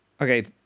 Okay